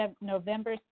November